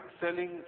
selling